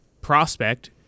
prospect